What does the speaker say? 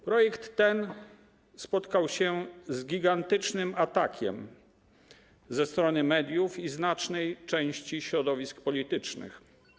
Projekt ten spotkał się z gigantycznym atakiem ze strony mediów i znacznej części środowisk politycznych.